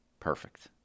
perfect